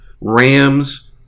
Rams